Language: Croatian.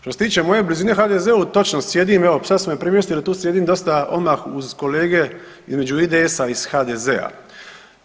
Što se tiče moje blizine HDZ-u točno sjedim, evo sad su me premjestili, tu sjedim dosta odmah uz kolege između IDS-a i HDZ-a.